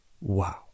Wow